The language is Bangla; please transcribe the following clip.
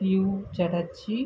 পিউ চ্যাটার্জি